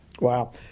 Wow